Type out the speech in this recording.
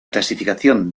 clasificación